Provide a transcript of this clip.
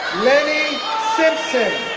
lenny simpson,